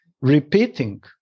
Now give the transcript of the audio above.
repeating